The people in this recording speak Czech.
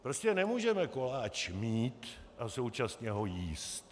Prostě nemůžeme koláč mít a současně ho jíst.